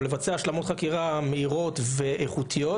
לבצע השלמות חקירה מהירות ואיכותיות,